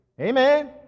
Amen